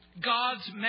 God's